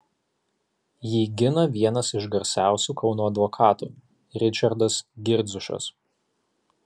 jį gina vienas iš garsiausių kauno advokatų ričardas girdziušas